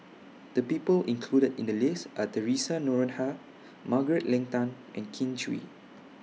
The People included in The list Are Theresa Noronha Margaret Leng Tan and Kin Chui